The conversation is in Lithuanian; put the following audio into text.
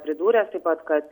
pridūręs taip pat kad